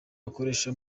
akoresha